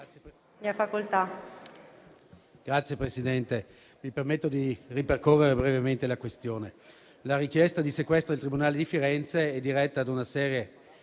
Signor Presidente, mi permetto di ripercorrere brevemente la questione. La richiesta di sequestro del tribunale di Firenze è diretta ad una serie